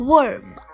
Worm